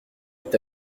est